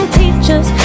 teachers